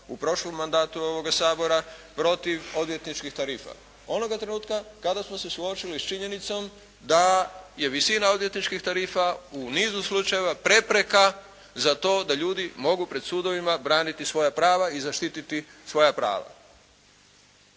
u prošlom mandatu ovoga Sabora protiv odvjetničkih tarifa? Onoga trenutka kada smo se suočili s činjenicom da je visini odvjetničkih tarifa u nizu slučajeva prepreka za to da ljudi mogu pred sudovima braniti svoja prava i zaštititi svoja prava.